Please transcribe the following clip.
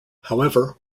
however